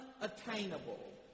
unattainable